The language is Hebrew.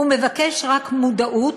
הוא מבקש רק מודעות,